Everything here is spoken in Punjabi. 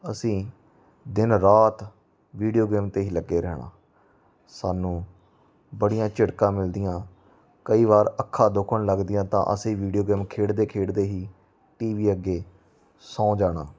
ਅਸੀਂ ਦਿਨ ਰਾਤ ਵੀਡੀਓ ਗੇਮ 'ਤੇ ਹੀ ਲੱਗੇ ਰਹਿਣਾ ਸਾਨੂੰ ਬੜੀਆਂ ਝਿੜਕਾਂ ਮਿਲਦੀਆਂ ਕਈ ਵਾਰ ਅੱਖਾਂ ਦੁਖਣ ਲੱਗਦੀਆਂ ਤਾਂ ਅਸੀਂ ਵੀਡੀਓ ਗੇਮ ਖੇਡਦੇ ਖੇਡਦੇ ਹੀ ਟੀਵੀ ਅੱਗੇ ਸੌਂ ਜਾਣਾ